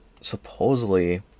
supposedly